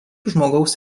žmogaus